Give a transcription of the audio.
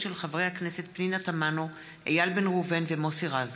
חברי הכנסת פנינה תמנו, איל בן ראובן ומוסי רז